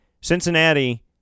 Cincinnati